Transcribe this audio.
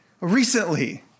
recently